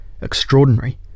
extraordinary